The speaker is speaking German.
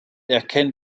erkennt